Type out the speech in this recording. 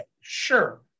sure